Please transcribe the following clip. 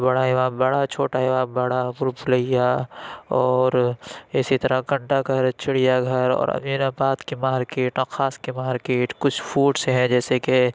بڑا Imambara Chhota Imambara Bhool Bhulaiya اور اِسی طرح گھنٹہ گھر چڑیا گھر اور امین آباد کی مارکیٹ نخاس کی مارکیٹ کچھ فوڈس ہیں جیسے کہ